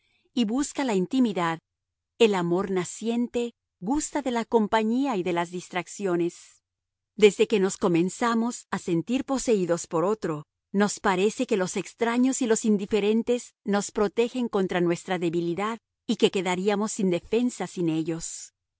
y busca la intimidad el amor naciente gusta de la compañía y de las distracciones desde que nos comenzamos a sentir poseídos por otro nos parece que los extraños y los indiferentes nos protegen contra nuestra debilidad y que quedaríamos sin defensa sin ellos